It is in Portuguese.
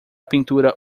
pintura